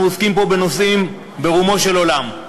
אנחנו עוסקים פה בנושאים ברומו של עולם,